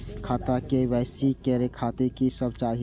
खाता के के.वाई.सी करे खातिर की सब चाही?